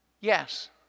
Yes